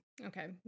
Okay